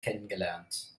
kennengelernt